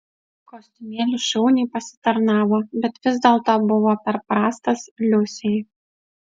kostiumėlis šauniai pasitarnavo bet vis dėlto buvo per prastas liusei